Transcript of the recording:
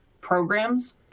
programs